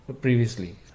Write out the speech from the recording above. previously